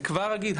אני כבר אגיד,